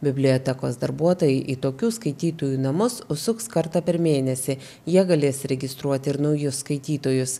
bibliotekos darbuotojai į tokių skaitytojų namus užsuks kartą per mėnesį jie galės registruoti ir naujus skaitytojus